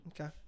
Okay